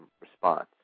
response